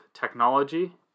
technology